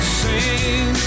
sing